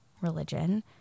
religion